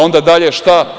Onda dalje šta?